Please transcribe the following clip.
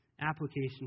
application